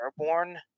airborne